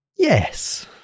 Yes